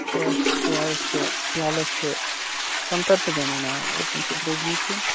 یہِ ژیرٕ چھِ کیلہٕ چھِ سنٛگتر تہِ بنَن آ مگر تِم چھِ درٛۅگی